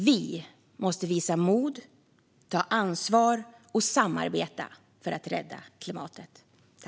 Vi måste visa mod, ta ansvar och samarbeta för att rädda klimatet.